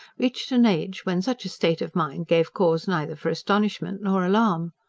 reached an age when such a state of mind gave cause neither for astonishment nor alarm.